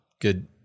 good